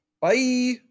Bye